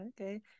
Okay